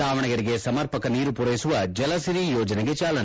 ದಾವಣಗೆರೆಗೆ ಸಮರ್ಪಕ ನೀರು ಪೂರೈಸುವ ಜಲಸಿರಿ ಯೋಜನೆಗೆ ಚಾಲನೆ